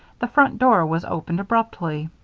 the front door was opened abruptly.